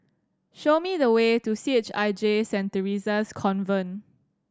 show me the way to C H I J Saint Theresa's Convent